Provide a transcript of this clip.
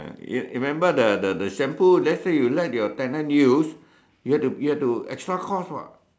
you remember the the the shampoo let's say you let your tenant use you have to you have to extra costs what